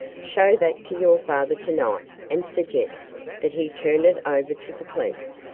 show that to your father tonight and suggest that he turn it over to the police.